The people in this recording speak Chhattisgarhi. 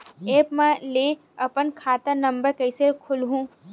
एप्प म ले अपन खाता नम्बर कइसे खोलहु?